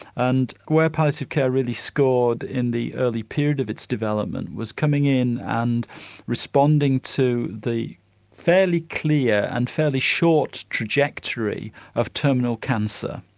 and where palliative care really scored in the early period of its development was coming in and responding to the fairly clear and fairly short trajectory of terminal cancer.